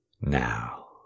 Now